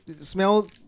Smell